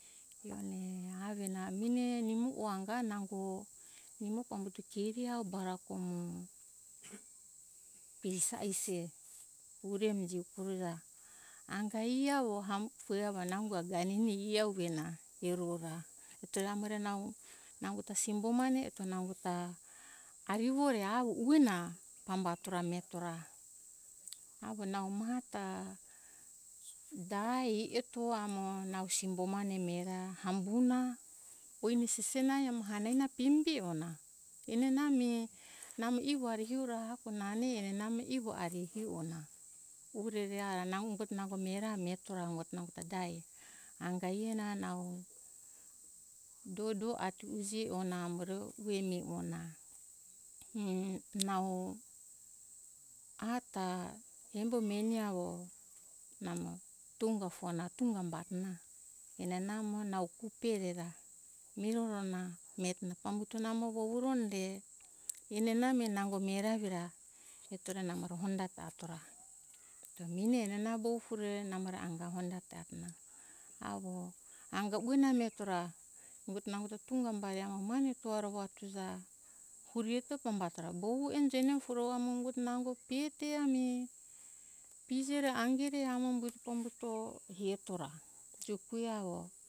Kione avo ena mine nimo o anga nango nimo pambuto keri avo bara ko pisa ise pure ami jigo re uja anga ie avo hambu fue avo nahu ganini ue na hio ro ra eto namo re nau nango ta simbo mane nango ta arivo re avo ue na pambato ra mire to ra avo nau maha ta susu ta ai eto amo nau simbo mane mihe ra hambu na oine sesena amo hanana pemi be ona enana mi namo ivo hari kio ra hako nane re namo ivo ari mihe ona pure re ara namo umbuto nango mihe ra mireto ra ungo nango ta dai angai ie ena nau do do ati uje ona amo re beuje ona uh nau aha ta embo meni avo namo tunga fo na tunga umbato enana mo nau ku pe re ra miroro na mireto na pambuto na vuronde enana mi nango mirae evi ra eto re namo honda te atora eto mine ofu re nango re anga honda te atora avo ang aue na mire to ra ungo te nango tunga bari amo mane to aro vatuja pure eto pambato ra bovu enjo eni puroro amo nango pe te ami pije re ange re amo umbuto pambuto hieto ra jogue avo